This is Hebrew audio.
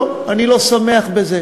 לא, אני לא שמח בזה.